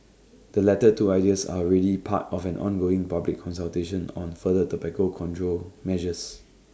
the latter two ideas are already part of an ongoing public consultation on further tobacco control measures